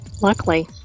Luckily